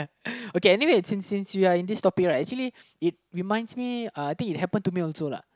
okay anyway since we are in this topic right actually I reminds me I think it happened to me also lah